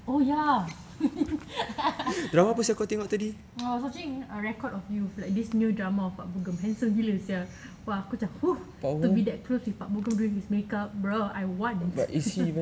oh ya I was watching record of you like this new drama of park bo gum handsome gila sia !wah! aku macam !fuh! to be that close with park bo gum doing his make up brother I want